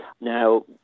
Now